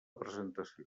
presentació